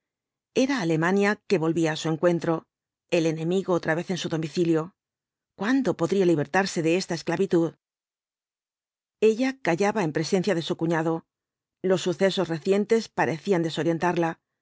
era alemania que volvía á su encuentro el enemigo otra vez en su domicilio cuándo podría libertarse de esta esclavitud ella callaba en presencia de su cuñado los sucesos recientes parecían desorientarla